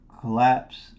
collapse